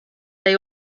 they